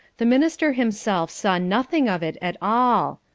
the minister himself saw nothing of it at all.